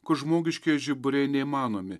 kur žmogiškieji žiburiai neįmanomi